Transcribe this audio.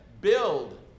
Build